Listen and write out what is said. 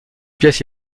pièces